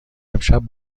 امشب